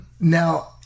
Now